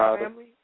family